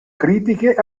critiche